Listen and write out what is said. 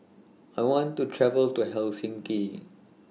I want to travel to Helsinki